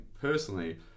personally